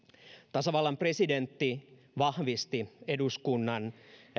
tasavallan presidentti vahvisti eduskunnan